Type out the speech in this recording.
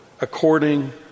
according